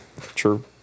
True